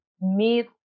meet